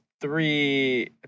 three